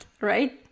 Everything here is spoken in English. right